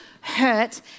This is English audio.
hurt